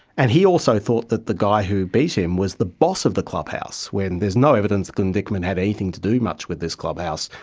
and he also thought that the guy who beat him was the boss of the clubhouse, when there is no evidence that glyn dickman had anything to do much with this clubhouse,